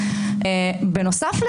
בנוסף,